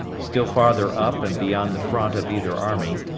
still farther up and beyond the front of either army,